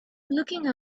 looking